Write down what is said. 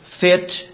fit